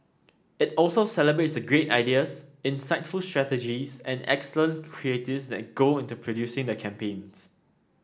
it also celebrates the great ideas insightful strategies and excellent creatives that go into producing the campaigns